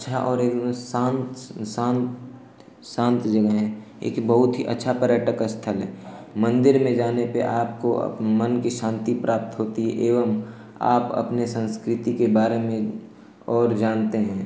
अच्छा और एकदम शान्त शान्त शान्त जगह है एक बहुत ही अच्छा पर्यटक स्थल है मन्दिर में जाने पर आपको अप मन की शान्ति प्राप्त होती है एवं आप अपनी संस्कृति के बारे में और जानते हैं